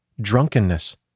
drunkenness